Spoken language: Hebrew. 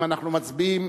אם אנחנו מצביעים,